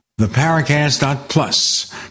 theparacast.plus